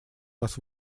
вас